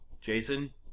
Jason